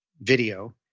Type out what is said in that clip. video